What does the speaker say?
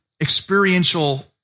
experiential